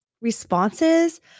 responses